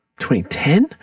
2010